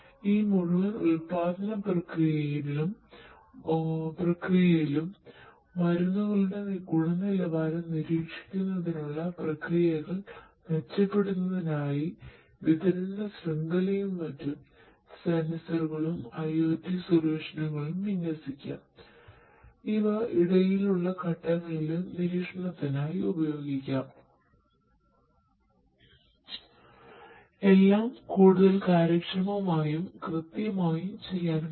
ഈ മുഴുവൻ ഉൽപ്പാദന പ്രക്രിയയിലും മരുന്നുകളുടെ ഗുണനിലവാരം നിരീക്ഷിക്കുന്നതിനുള്ള പ്രക്രിയകൾ മെച്ചപ്പെടുത്തുന്നതിനായി വിതരണ ശൃംഖലയും മറ്റും സെൻസറുകളും IOT സൊല്യൂഷനുകളും വിന്യസിക്കാം ഇവ ഇടയിലുള്ള ഘട്ടങ്ങളിലും നിരീക്ഷണത്തിനായി ഉപയോഗിക്കാം എല്ലാം കൂടുതൽ കാര്യക്ഷമമായും കൃത്യമായും ചെയ്യാൻ കഴിയും